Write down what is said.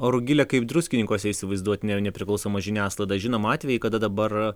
o rugile kaip druskininkuose įsivaizduot ne nepriklausomą žiniasklaidą žinom atvejį kada dabar